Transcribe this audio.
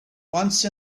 once